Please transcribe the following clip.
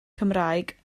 cymraeg